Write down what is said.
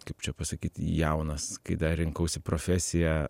kaip čia pasakyt jaunas kai dar rinkausi profesiją